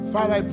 Father